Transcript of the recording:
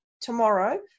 tomorrow